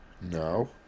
No